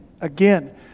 again